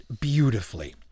beautifully